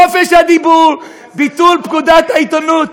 חופש הדיבור, ביטול פקודת העיתונות.